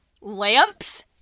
Lamps